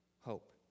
hope